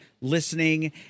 listening